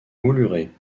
moulurés